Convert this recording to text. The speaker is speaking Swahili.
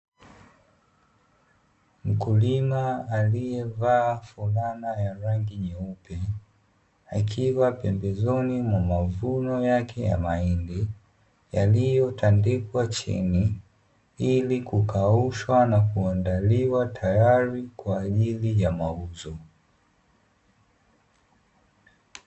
Mkulima aliyevaa fulana ya rangi nyeupe, akiwa pembezoni mwa mavuno yake ya mahindi yaliyotandikwa chini ili kukaushwa nakuandaliwa tayari kwa ajili ya mauzo.